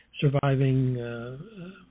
surviving